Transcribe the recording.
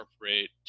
incorporate